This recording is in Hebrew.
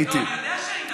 הייתי, הייתי שם.